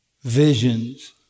visions